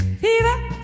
Fever